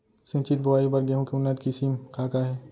सिंचित बोआई बर गेहूँ के उन्नत किसिम का का हे??